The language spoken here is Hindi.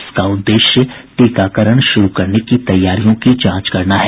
इसका उद्देश्य टीकाकरण शुरू करने की तैयारियों की जांच करना है